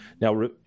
Now